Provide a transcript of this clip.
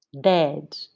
Dead